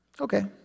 Okay